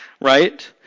Right